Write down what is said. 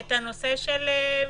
את הנושא של משתכנים,